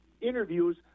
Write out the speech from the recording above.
interviews